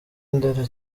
ndera